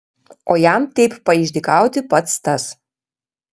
o jam taip paišdykauti pats tas